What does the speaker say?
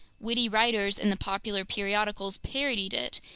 witty writers in the popular periodicals parodied it,